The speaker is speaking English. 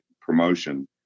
promotion